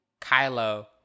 Kylo